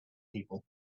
people